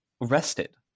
rested